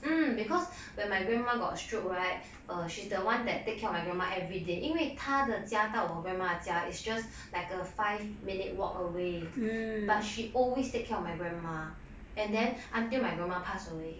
mm because when my grandma got a stroke right err she's the one that take care of my grandma everyday 因为她的家到我 grandma 的家 is just like a five minute walk away but she always take care of my grandma and then until my grandma pass away